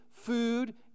Food